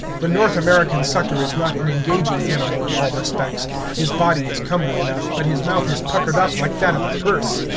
the north american sucker is not an engaging animal in all respects his body is comely enough, but his mouth is puckered up like that of a purse.